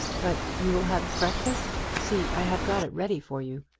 but you will have breakfast see, i have got it ready for you.